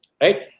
Right